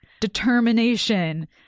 determination